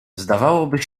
zdawałoby